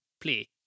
play